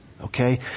Okay